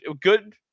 good